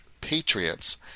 patriots